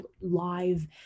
live